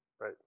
Right